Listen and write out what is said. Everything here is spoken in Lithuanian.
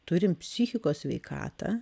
turim psichikos sveikatą